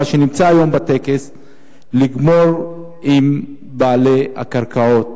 שנמצא היום בטקס לגמור עם בעלי הקרקעות,